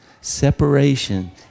Separation